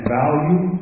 value